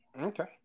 Okay